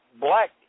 black